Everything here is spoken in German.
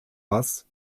bass